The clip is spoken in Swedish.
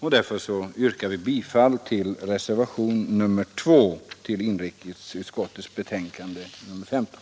Jag yrkar därför bifall till reservationen 2 vid inrikesutskottets betänkande nr 15.